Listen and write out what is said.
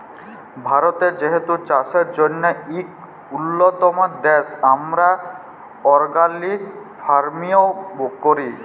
ভারত যেহেতু চাষের জ্যনহে ইক উল্যতম দ্যাশ, আমরা অর্গ্যালিক ফার্মিংও ক্যরি